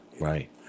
Right